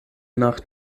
nach